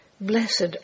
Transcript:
Blessed